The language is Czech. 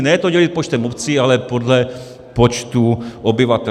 Ne to dělit počtem obcí, ale podle počtu obyvatel.